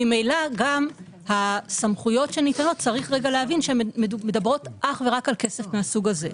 ממילא גם הסמכויות שניתנות מדברות רק על כסף מסוג זה.